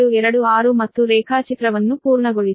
826 ಮತ್ತು ರೇಖಾಚಿತ್ರವನ್ನು ಪೂರ್ಣಗೊಳಿಸಿ